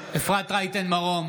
אפרת רייטן מרום,